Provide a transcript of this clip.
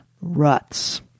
ruts